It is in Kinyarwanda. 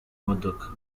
modoka